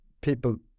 people